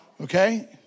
Okay